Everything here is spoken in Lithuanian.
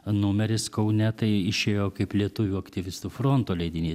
numeris kaune tai išėjo kaip lietuvių aktyvistų fronto leidinys